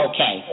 Okay